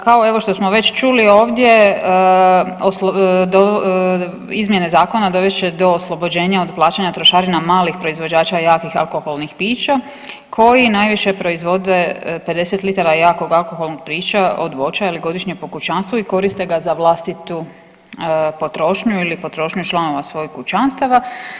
Kao evo što smo već čuli ovdje izmjene zakona dovest će do oslobođenja od plaćanja trošarina malih proizvođača jakih alkoholnih pića koji najviše proizvode 50 litara jakog alkoholnog pića od voća ili godišnje po kućanstvu i koriste ga za vlastitu potrošnju ili potrošnju članova svojih kućanstava.